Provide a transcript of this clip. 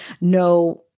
no